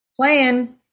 playing